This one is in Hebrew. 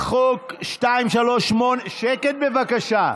הפריע לך.